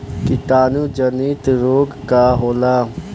कीटाणु जनित रोग का होला?